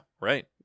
Right